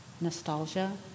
nostalgia